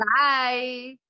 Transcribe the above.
Bye